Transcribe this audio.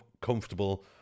comfortable